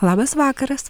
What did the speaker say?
labas vakaras